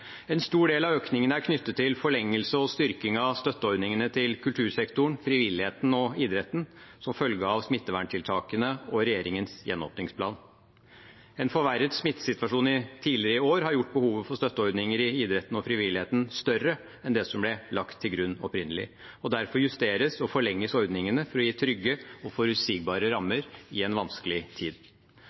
En stor del av økningen er knyttet til forlengelse og styrking av støtteordningene til kultursektoren, frivilligheten og idretten som følge av smitteverntiltakene og regjeringens gjenåpningsplan. En forverret smittesituasjon tidligere i år har gjort behovet for støtteordninger i idretten og frivilligheten større enn det som ble lagt til grunn opprinnelig. Derfor justeres og forlenges ordningene for å gi trygge og forutsigbare rammer i en vanskelig tid.